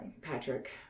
Patrick